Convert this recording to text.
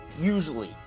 usually